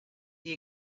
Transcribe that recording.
the